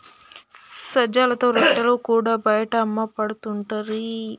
సజ్జలతో రొట్టెలు కూడా బయట అమ్మపడుతుంటిరి